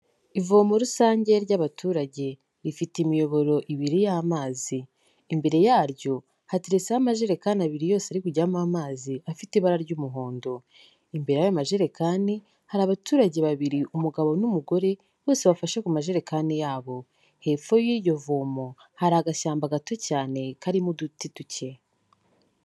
Ivomo rusange ry'abaturage, rifite imiyoboro ibiri y'amazi, imbere yaryo hateretseho amajerekani abiri yose ari kujyamo amazi, afite ibara ry'umuhondo, imbere yayo majerekani, hari abaturage babiri, umugabo n'umugore, bose bafashe ku majerekani yabo, hepfo y'iryo vomo, hari agashyamba gato cyane karimo uduti duke.